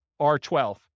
R12